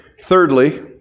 thirdly